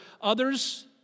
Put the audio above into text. others